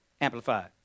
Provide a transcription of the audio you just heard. amplified